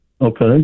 okay